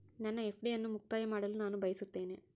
ನನ್ನ ಎಫ್.ಡಿ ಅನ್ನು ಮುಕ್ತಾಯ ಮಾಡಲು ನಾನು ಬಯಸುತ್ತೇನೆ